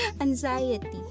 Anxiety